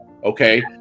okay